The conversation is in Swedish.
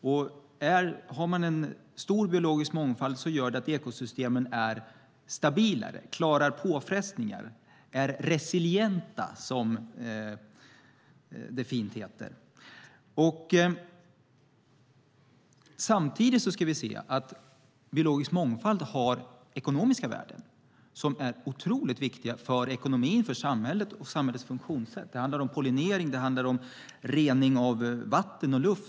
Om man har en stor biologisk mångfald gör det att ekosystemen är mer stabila och klarar påfrestningar - att de är resilienta, som det så fint heter. Samtidigt ska vi se att biologisk mångfald har ekonomiska värden som är otroligt viktiga för ekonomin, för samhället och för samhällets funktionssätt. Det handlar om pollinering och det handlar om rening av vatten och luft.